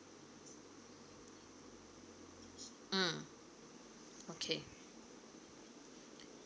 mm okay